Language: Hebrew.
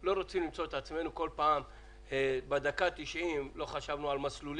לא רוצים למצוא את עצמנו כל פעם בדקה התשעים לא חשבנו על מסלולים,